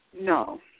No